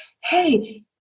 Hey